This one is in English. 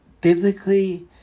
biblically